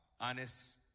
honest